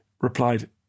replied